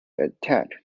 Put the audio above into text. attack